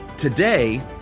Today